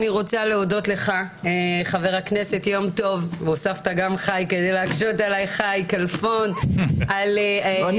אני רוצה להודות לך חבר הכנסת יום טוב חי כלפון על זה